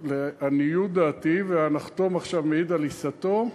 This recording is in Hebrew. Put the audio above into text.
לעניות דעתי, והנחתום עכשיו מעיד על עיסתו,